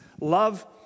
love